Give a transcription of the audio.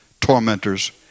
tormentors